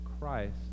Christ